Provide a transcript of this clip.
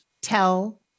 tell